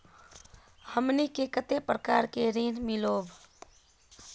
हमनी के कते प्रकार के ऋण मीलोब?